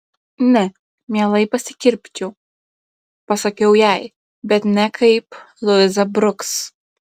ne mielai pasikirpčiau pasakiau jai bet ne kaip luiza bruks